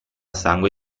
sangue